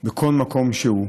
בכל מקום שהוא,